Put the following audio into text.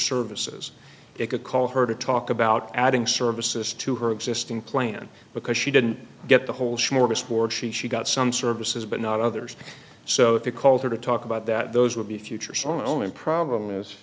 services they could call her to talk about adding services to her existing plan because she didn't get the whole show more misfortune she got some services but not others so they called her to talk about that those will be future son only problem